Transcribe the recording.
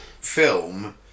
film